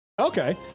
Okay